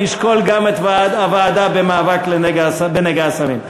נשקול גם את הוועדה למאבק בנגע הסמים.